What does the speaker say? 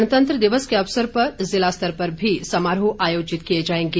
गणतंत्र दिवस के अवसर पर जिला स्तर पर समारोह आयोजित किए जाएंगे